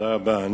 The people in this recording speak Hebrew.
תודה רבה.